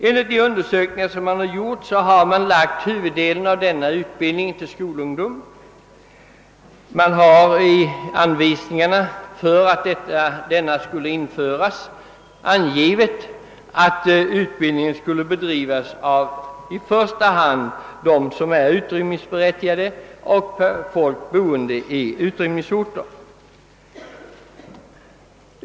Enligt de undersökningar som gjorts har man lagt huvuddelen av denna utbildning på skolungdom, För att utbildningen skulle införas har man i anvisningarna angivit att densamma i första hand skulle avse dem som är utrymningsberättigade, främst folk boende i utrymningsorter.